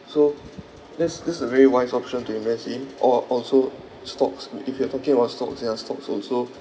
so that's that's a very wise option to invest in or also stocks uh if you are talking about stocks ya stocks also